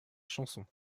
chanson